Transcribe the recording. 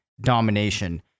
domination